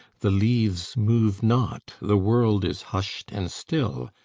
the leaves move not, the world is hushed and still,